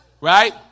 Right